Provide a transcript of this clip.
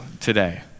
today